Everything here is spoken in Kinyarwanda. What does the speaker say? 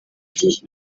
gihe